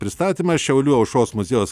pristatymas šiaulių aušros muziejaus